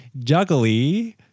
juggly